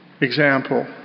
example